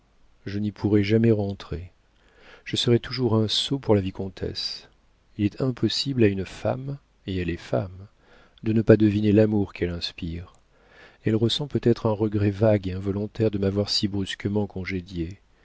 je n'y pourrai jamais rentrer je serai toujours un sot pour la vicomtesse il est impossible à une femme et elle est femme de ne pas deviner l'amour qu'elle inspire elle ressent peut-être un regret vague et involontaire de m'avoir si brusquement congédié